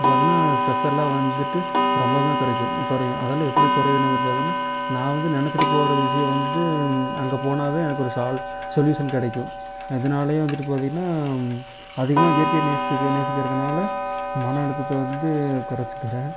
பார்த்தீங்கன்னா ஸ்ட்ரெஸ் எல்லாம் வந்துட்டு ரொம்பவுமே குறைக்கும் குறையும் அதெல்லாம் எப்படி குறையும்னு வந்துட்டு பார்த்தீங்கன்னா நான் வந்து நினச்சிட்டு போகிற விஷயம் வந்து அங்கே போனால் தான் எனக்கு ஒரு சால் சொல்யூஷன் கிடைக்கும் அதுனாலேயே வந்துட்டு பார்த்தீங்கன்னா அதிகமாக இயற்கையை நேசிச்ச நேசிக்கிறதுனால மனஅழுத்தத்தை வந்து கொறைச்சிக்கிறேன்